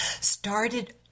started